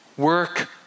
Work